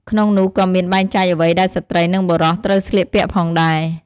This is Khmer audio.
ក្នុងនោះក៏មានបែងចែកអ្វីដែលស្ត្រី និង បុរសត្រូវស្លៀកពាក់ផងដែរ។